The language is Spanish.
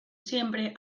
siempre